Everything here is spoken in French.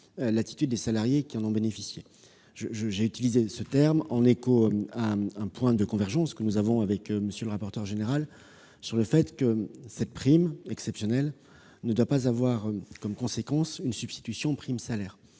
l'attitude des salariés qui en ont bénéficié. J'ai utilisé ces termes en écho à un point de convergence que nous avons avec M. le rapporteur général sur le fait que cette prime exceptionnelle ne doit pas avoir comme conséquence de se substituer aux salaires,